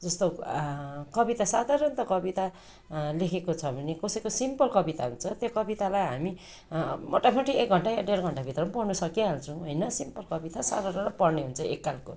जस्तो कविता साधारण त कविता लेखेको छ भने कसैको सिम्पल कविता हुन्छ त्यो कवितालाई हामी मोटामोटी एक घन्टा या डेड घन्टा भित्रमा पढ्न सकिइहाल्छौँ होइन सिम्पल कविता सरर पढ्ने हुन्छ एक खालको